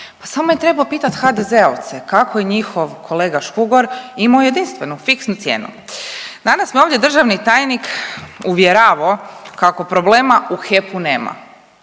Pa samo je trebao pitati HDZ-ovce kako je njihov kolega Škugor imao jedinstvenu fiksnu cijenu. Danas me ovdje državni tajnik uvjeravao kako problema u HEP-u nema.